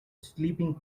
sleeping